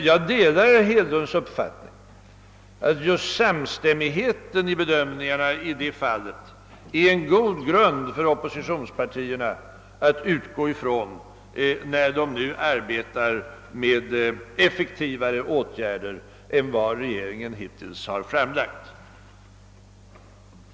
Jag delar herr Hedlunds uppfattning att just samstämmigheten i dessa bedömningar är en god grund för oppositionspartierna att bygga på när de nu arbetar med att få fram effektivare åtgärder än de regeringen hittills har föreslagit.